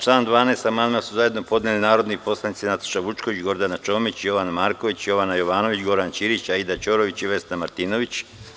Na član 12. amandman su zajedno podneli narodni poslanici Nataša Vučković, Gordana Čomić, Jovan Marković, Jovana Jovanović, Goran Ćirić, Aida Ćorović i Vesna Martinović.